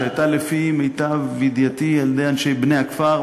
שהייתה לפי מיטב ידיעתי על-ידי אנשי "בני הכפר",